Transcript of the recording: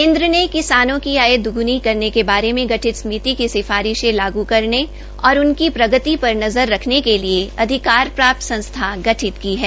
केन्द्र ने किसानों की आय दगुनी करने के बारे में गठित समिति की सिफारिशें लागु करने और उनकी प्रगति पर नज़र रखने के लिये अधिकार प्राप्त संस्था गठित की है